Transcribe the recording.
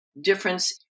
difference